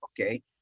okay